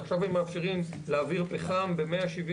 עכשיו הם מאפשרים להעביר פחם ב-170